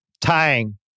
tying